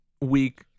week